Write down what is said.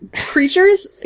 Creatures